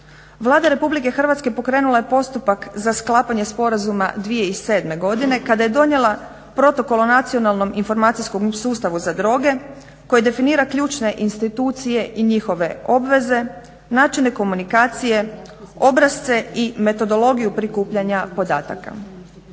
Vlada Republike Hrvatske pokrenula je postupak za sklapanje sporazuma 2007. godine kada je donijela Protokol o Nacionalnom informacijskom sustavu za droge koji definira ključne institucije i njihove obveze, načine komunikacije, obrasce i metodologiju prikupljanja podataka.